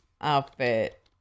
Outfit